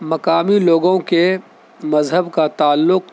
مقامی لوگوں کے مذہب کا تعلق